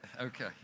Okay